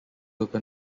over